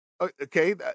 Okay